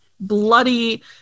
bloody